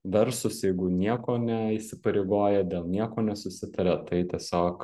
versus jeigu nieko neįsipareigoja dėl nieko nesusitaria tai tiesiog